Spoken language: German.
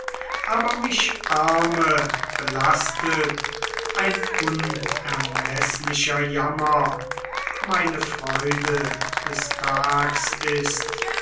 aber mich arme belastet ein unermeßlicher jammer meine freude des tags ist